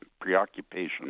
preoccupation